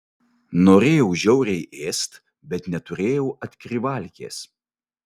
norėjau žiauriai ėst bet neturėjau atkrivalkės